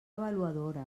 avaluadora